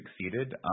succeeded